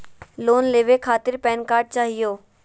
Loan लेवे खातीर PAN card चाहियो?